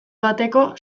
bateko